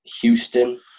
Houston